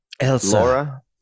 Elsa